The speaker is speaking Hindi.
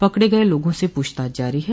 पकड़े गये लोगों से प्रछताछ जारी है